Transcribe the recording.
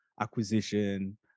acquisition